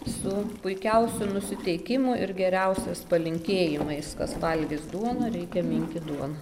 su puikiausiu nusiteikimu ir geriausias palinkėjimais kas valgys duoną reikia minkyti duoną